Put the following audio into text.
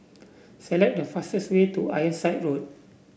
select the fastest way to Ironside Road